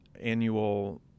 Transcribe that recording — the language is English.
annual